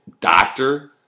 doctor